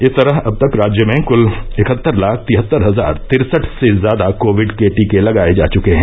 इस तरह अब तक राज्य में कुल इकहत्तर लाख तिहत्तर हजार तिरसठ से ज्यादा कोविड के टीके लगाये जा चुके हैं